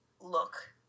look